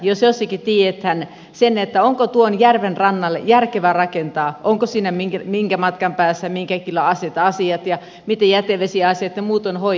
kunnissa jos jossakin tiedetään se onko tuon järven rannalle järkevää rakentaa ovatko siinä minkä matkan päässä minkäkinlaiset asiat ja miten jätevesiasiat ja muut ovat hoidettavissa